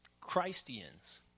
Christians